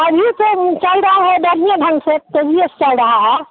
हाँ जी सर वो चल रहा है बढ़िया ढंग से कहिए से चल रहा है